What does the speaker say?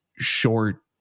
short